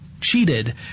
cheated